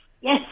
Yes